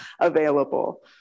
available